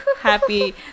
happy